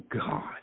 God